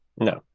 No